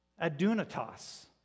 adunatos